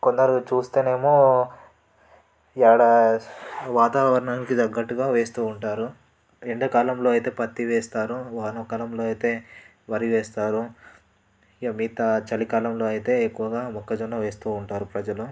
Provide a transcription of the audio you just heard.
కొందరు చూస్తేనేమో ఏడా వాతావరణానికి తగ్గట్టుగా వేస్తూ ఉంటారు ఎండాకాలంలో అయితే పత్తి వేస్తారు వానాకాలంలో అయితే వరి వేస్తారు ఇక మిగతా చలికాలంలో అయితే ఎక్కువగా మొక్కజొన్న వేస్తూ ఉంటారు ప్రజలు